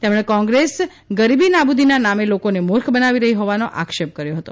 તેમણે કોંગ્રસ ગરીબી નાબૂદીના નામે લોકોને મૂર્ખ બનાવી રહી હોવાનો આક્ષેપ કર્યો હતો